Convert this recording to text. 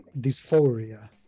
dysphoria